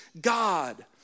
God